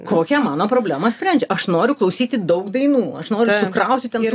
kokią mano problemą sprendžia aš noriu klausyti daug dainų aš noriu sukrauti ten